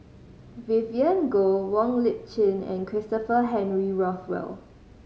Vivien Goh Wong Lip Chin and Christopher Henry Rothwell